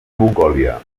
mongòlia